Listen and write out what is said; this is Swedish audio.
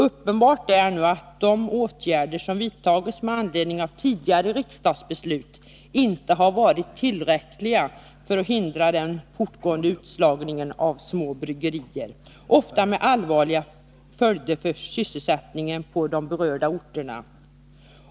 Uppenbart är nu att de åtgärder som vidtagits med anledning av tidigare riksdagsbeslut inte har varit tillräckliga för att hindra den fortgående utslagningen av de små bryggerierna, ofta med allvarliga följder för sysselsättningen på de berörda orterna.